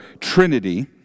trinity